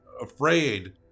afraid